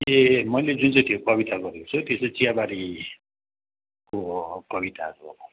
ए मैले जुन चाहिँ त्यो कविता गरेको छु त्यो चाहिँ चियाबारीको हो कविता हो